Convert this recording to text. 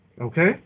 Okay